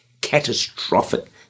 Catastrophic